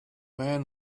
man